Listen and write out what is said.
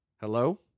Hello